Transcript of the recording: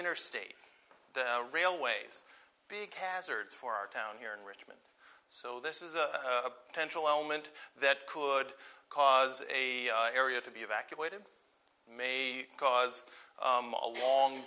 interstate railways big hazards for our town here in richmond so this is a potential element that could cause a area to be evacuated may cause a long